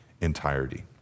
entirety